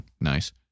Nice